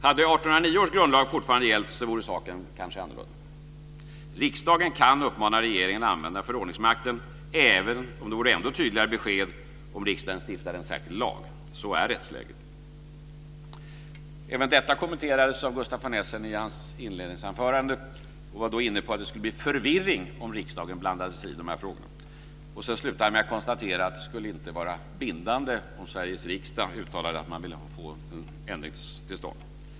Hade 1809 års grundlag fortfarande gällt så vore saken kanske annorlunda. Riksdagen kan uppmana regeringen att använda förordningsmakten, även om det vore ett ännu tydligare besked om riksdagen stiftade en särskild lag. Så är rättsläget. Även detta kommenterades av Gustaf von Essen i hans inledningsanförande. Han var då inne på att det skulle bli förvirring om riksdagen blandade sig i de här frågorna. Och så slutade han med att konstatera att det inte skulle vara bindande om Sveriges riksdag uttalade att man ville få en ändring till stånd.